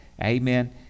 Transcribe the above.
Amen